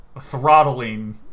throttling